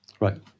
Right